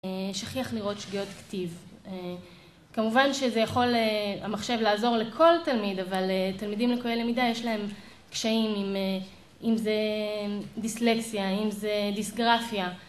שכיח לראות שגיאות כתיב, כמובן שזה יכול המחשב לעזור לכל תלמיד, אבל לתלמידים ליקויי למידה יש להם קשיים אם זה דיסלקסיה, אם זה דיסגרפיה.